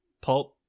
pulp